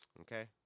Okay